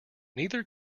neither